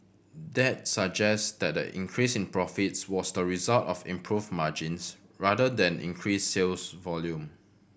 that suggest that the increase in profits was the result of improved margins rather than increased sales volume